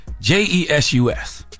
J-E-S-U-S